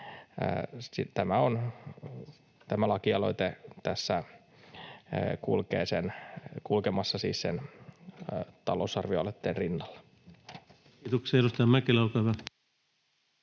tämä lakialoite on kulkemassa sen talousarvioaloitteen rinnalla. Kiitoksia. — Edustaja Mäkelä, olkaa hyvä.